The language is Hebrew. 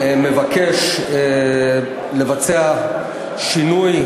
מבקש לבצע שינוי,